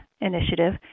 initiative